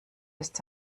ist